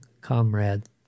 comrade